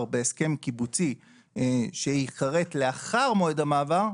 בהסכם קיבוצי שייכרת לאחר מועד המעבר,